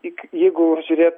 tik jeigu žiūrė